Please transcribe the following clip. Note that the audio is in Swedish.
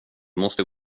måste